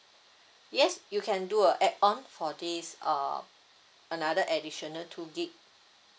yes you can do a add on for this uh another additional two gig